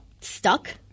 stuck